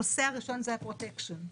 הנושא הראשון זה הפרוטקשן.